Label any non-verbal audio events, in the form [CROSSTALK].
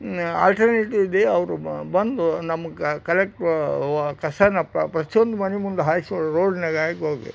alternative day ಅವರು ಬಂದು ನಮಗೆ ಕಲೆಕ್ಟು ಕಸನ ಪ್ರತಿಯೊಂದು ಮನೆ ಮುಂದೆ ಹಾಯಿಸೋ ರೋಡ್ನ್ಯಾಗ [UNINTELLIGIBLE]